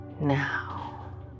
now